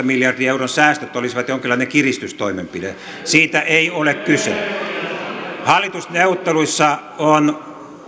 miljardin euron säästöt olisivat jonkinlainen kiristystoimenpide siitä ei ole kysymys hallitusneuvotteluissa on